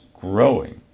growing